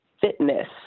fitness